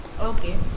okay